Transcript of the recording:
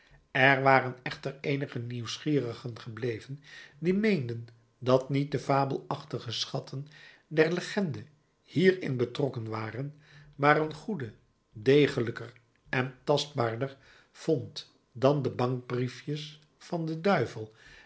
er waren echter eenige nieuwsgierigen gebleven die meenden dat niet de fabelachtige schatten der legende hierin betrokken waren maar een goede degelijker en tastbaarder vond dan de bankbriefjes van den duivel